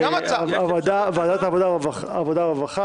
ועדת העבודה והרווחה,